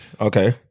okay